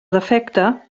defecte